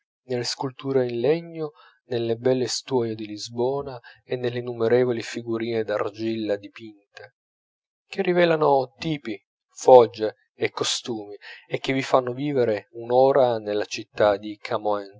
nelle sculture in legno nelle belle stuoie di lisbona e nelle innumerevoli figurine d'argilla dipinte che rivelano tipi foggie e costumi e vi fanno vivere un'ora nella città di